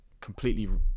completely